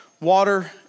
water